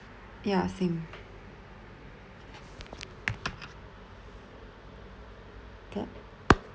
ya same but